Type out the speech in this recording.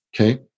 Okay